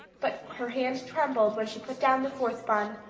but her hand trembled when she put down the fourth bun.